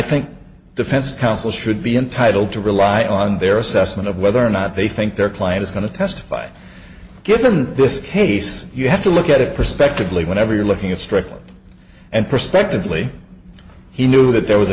think defense counsel should be entitled to rely on their assessment of whether or not they think their client is going to testify given this case you have to look at it prospectively whenever you're looking strictly and prospectively he knew that there was a